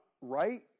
right